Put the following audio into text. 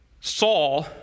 Saul